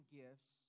gifts